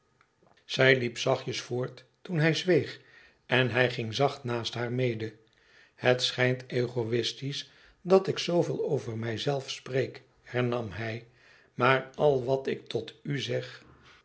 zij liep zachtjes voort toen hij zweeg en hij ging zacht naast haar mede het schijnt egoistisch dat ik zooveel over mij zelf spreek hernam hij maar al wat ik tot u zeg